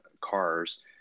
cars